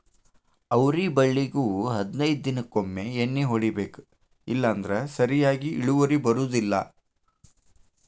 ಅವ್ರಿ ಬಳ್ಳಿಗು ಹದನೈದ ದಿನಕೊಮ್ಮೆ ಎಣ್ಣಿ ಹೊಡಿಬೇಕ ಇಲ್ಲಂದ್ರ ಸರಿಯಾಗಿ ಇಳುವರಿ ಬರುದಿಲ್ಲಾ